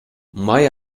май